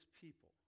people